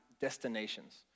destinations